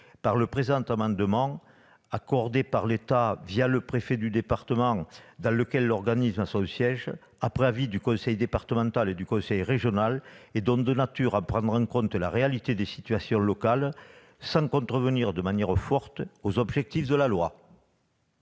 le présent amendement, dérogation accordée par l'État le préfet du département dans lequel l'organisme a son siège, après avis du conseil départemental et du conseil régional, est de nature à prendre en compte la réalité des situations locales, sans contrevenir de manière visible aux objectifs de la loi.